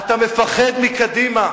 אתה מפחד מקדימה.